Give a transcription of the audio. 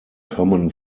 common